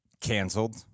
canceled